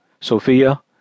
Sophia